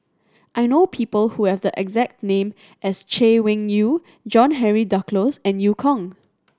I know people who have the exact name as Chay Weng Yew John Henry Duclos and Eu Kong